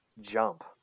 Jump